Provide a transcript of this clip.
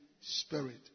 Spirit